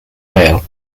ale